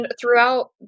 throughout